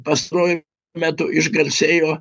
pastaruoju metu išgarsėjo